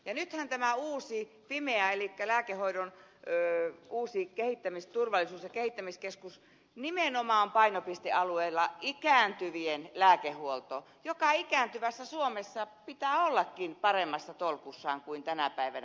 nythän tällä uudella fimealla eli lääkealan turvallisuus ja kehittämiskeskuksella on nimenomaan painopistealueena ikääntyvien lääkehuolto jonka ikääntyvässä suomessa pitää ollakin paremmassa tolkussa kuin tänä päivänä